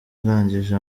arangije